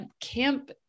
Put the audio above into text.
camp